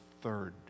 third